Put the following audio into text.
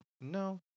No